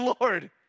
Lord